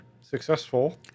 successful